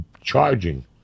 charging